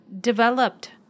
developed